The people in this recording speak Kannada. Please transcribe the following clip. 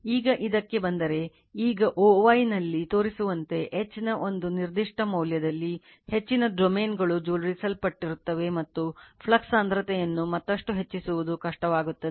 ಈಗ ಇದಕ್ಕೆ ಬಂದರೆ ಈಗ o y ನಲ್ಲಿ ತೋರಿಸಿರುವಂತೆ H ನ ಒಂದು ನಿರ್ದಿಷ್ಟ ಮೌಲ್ಯದಲ್ಲಿ ಹೆಚ್ಚಿನ ಡೊಮೇನ್ಗಳು ಜೋಡಿಸಲ್ಪಟ್ಟಿರುತ್ತವೆ ಮತ್ತು ಫ್ಲಕ್ಸ್ ಸಾಂದ್ರತೆಯನ್ನು ಮತ್ತಷ್ಟು ಹೆಚ್ಚಿಸುವುದು ಕಷ್ಟವಾಗುತ್ತದೆ